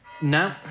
No